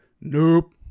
nope